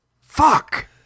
Fuck